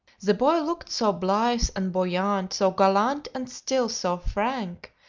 the boy looked so blithe and buoyant, so gallant and still so frank,